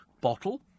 bottle